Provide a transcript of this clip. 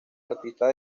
artistas